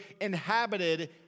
inhabited